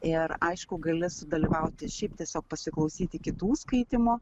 ir aišku gali sudalyvauti šiaip tiesiog pasiklausyti kitų skaitymo